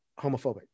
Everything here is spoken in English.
homophobic